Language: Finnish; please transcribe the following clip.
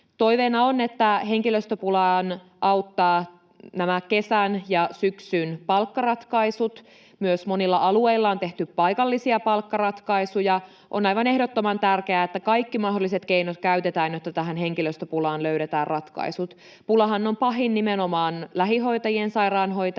Toiveena on, että henkilöstöpulaan auttavat nämä kesän ja syksyn palkkaratkaisut. Monilla alueilla on myös tehty paikallisia palkkaratkaisuja. On aivan ehdottoman tärkeää, että kaikki mahdolliset keinot käytetään, jotta tähän henkilöstöpulaan löydetään ratkaisut. Pulahan on pahin nimenomaan lähihoitajien, sairaanhoitajien